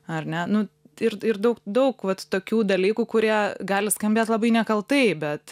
ar ne nu ir ir daug daug vat tokių dalykų kurie gali skambėt labai nekaltai bet